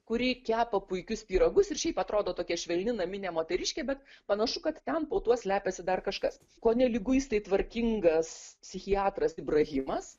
kuri kepa puikius pyragus ir šiaip atrodo tokia švelni naminė moteriškė bet panašu kad ten po tuo slepiasi dar kažkas kone liguistai tvarkingas psichiatras ibrahimas